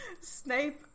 Snape